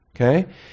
okay